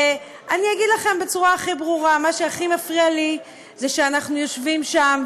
ואני אגיד לכם בצורה הכי ברורה: מה שהכי מפריע לי זה שאנחנו יושבים שם,